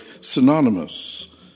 synonymous